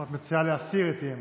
כלומר את מציעה להסיר את האי-אמון.